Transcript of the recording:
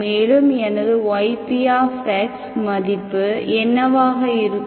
மேலும் எனது ypx மதிப்பு என்னவாக இருக்கும்